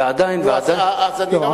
לא,